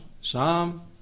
Psalm